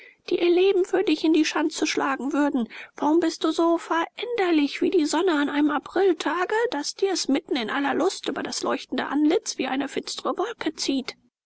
die ihr leben für dich in die schanze schlagen würden warum bist du so veränderlich wie die sonne an einem apriltage daß dir's mitten in aller lust über das leuchtende antlitz wie eine finstere wolke zieht